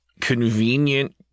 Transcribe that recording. convenient